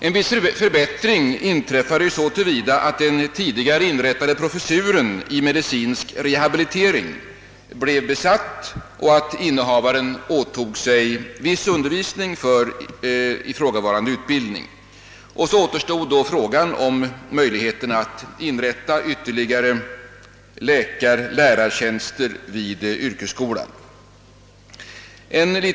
En viss förbättring inträffade så till vida, att den tidigare inrättade professuren i medicinsk rehabilitering blev besatt och att innehavaren åtog sig viss undervisning för ifrågavarande utbildning. Då återstod emellertid frågan om möjligheterna att inrätta ytterligare läkarlärartjänster i yrkesskolan.